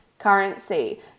Currency